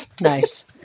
Nice